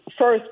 first